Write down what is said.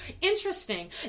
Interesting